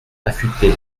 affuté